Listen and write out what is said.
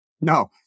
No